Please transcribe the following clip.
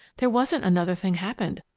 there wasn't another thing happened.